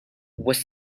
was